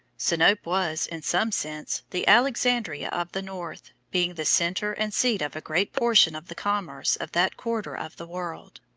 sinope was, in some sense, the alexandria of the north, being the center and seat of a great portion of the commerce of that quarter of the world.